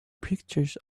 pictures